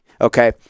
Okay